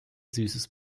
süßes